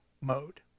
mode